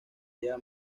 lleva